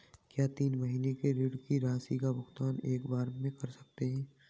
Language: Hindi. क्या तीन महीने के ऋण की राशि का भुगतान एक बार में कर सकते हैं?